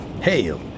hail